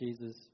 Jesus